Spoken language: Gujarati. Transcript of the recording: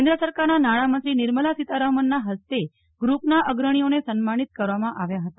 કેન્દ્ર સરકારનાં નાણાંમંત્રી નિર્મલા સિતારામનના હસ્તે ગ્રુપના અગ્રણીઓને સન્માનિત કરવામાં આવ્યા હતા